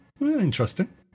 interesting